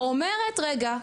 אומרת רגע,